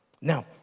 Now